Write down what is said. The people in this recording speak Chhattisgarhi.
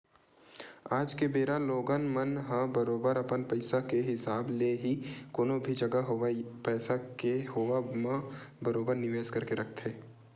आज के बेरा लोगन मन ह बरोबर अपन पइसा के हिसाब ले ही कोनो भी जघा होवय पइसा के होवब म बरोबर निवेस करके रखथे